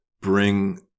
bring